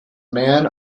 man